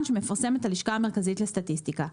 שמפרסמת הלשכה המרכזית לסטטיסטיקה.